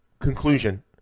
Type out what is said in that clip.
conclusion